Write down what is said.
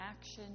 action